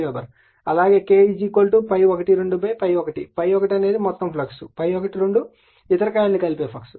అలాగే అంటే K ∅12 ∅1 ∅1 అనేది మొత్తం ఫ్లక్స్ మరియు ∅12 ఇతర కాయిల్ను కలిపే ఫ్లక్స్